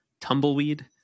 tumbleweed